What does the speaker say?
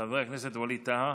חבר הכנסת ווליד טאהא.